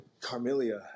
Carmelia